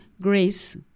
grace